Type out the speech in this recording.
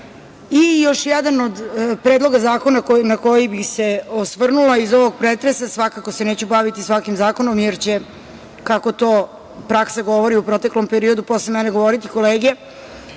jedan od predloga zakona na koji bih se osvrnula iz ovog pretresa… Svakako se neću baviti svakim zakonom jer će, kako to praksa govori u proteklom periodu, posle mene govoriti kolege